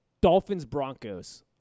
Dolphins-Broncos